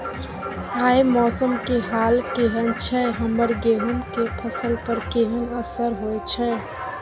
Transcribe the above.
आय मौसम के हाल केहन छै हमर गेहूं के फसल पर केहन असर होय छै?